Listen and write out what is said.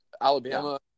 Alabama